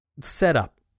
setup